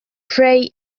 pray